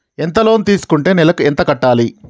ఎంత లోన్ తీసుకుంటే నెలకు ఎంత కట్టాలి?